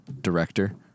director